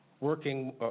working